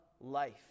life